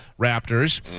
Raptors